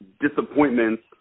disappointments